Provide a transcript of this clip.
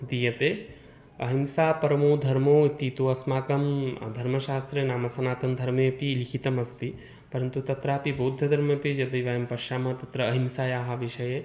दीयते अहिंसा परमो धर्मः इति तु अस्माकं धर्मशास्त्रे नाम सनातनधर्मे अपि लिखितम् अस्ति परन्तु तत्रापि बौद्धधर्मे अपि यदि वयं पश्यामः तत्र अहिंसायाः विषये